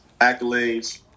accolades